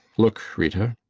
look, rita.